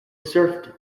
serfdom